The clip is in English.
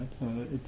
right